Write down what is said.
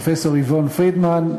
פרופסור איוון פרידמן,